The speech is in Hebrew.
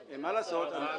סליחה,